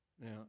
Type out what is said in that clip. Now